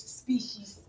species